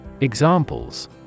Examples